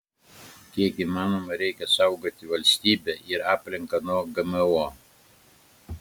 kiek įmanoma reikia saugoti valstybę ir aplinką nuo gmo